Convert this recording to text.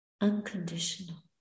unconditional